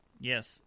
Yes